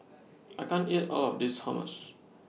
I can't eat All of This Hummus